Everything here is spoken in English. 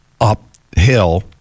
uphill